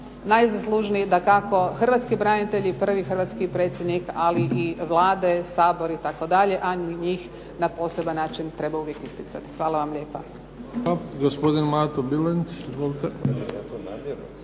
najzaslužniji hrvatski branitelji i prvi hrvatski branitelji ali i Vlada, Sabor itd. ali njih na poseban način treba uvijek isticati. Hvala vam lijepa.